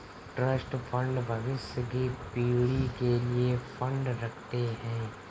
trust fund भविष्य की पीढ़ी के लिए फंड रखते हैं